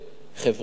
חברתי,